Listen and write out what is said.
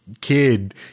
kid